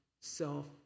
self